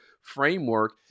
framework